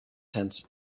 tents